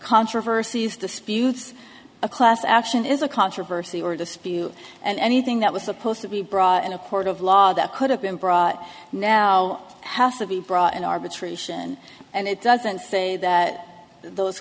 controversies disputes a class action is a controversy or a dispute and anything that was supposed to be brought in a court of law that could have been brought now has to be brought in arbitration and it doesn't say that those